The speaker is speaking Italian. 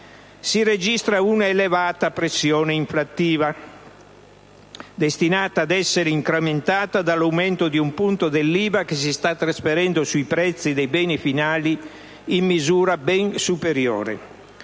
Si registra una elevata pressione inflativa, destinata ad essere incrementata dall'aumento di un punto dell'IVA che si sta trasferendo sui prezzi dei beni finali in misura ben superiore.